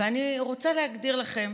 ואני רוצה להקריא לכם,